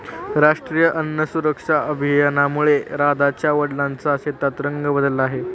राष्ट्रीय अन्न सुरक्षा अभियानामुळे राधाच्या वडिलांच्या शेताचा रंग बदलला आहे